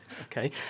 Okay